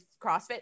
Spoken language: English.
CrossFit